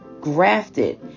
grafted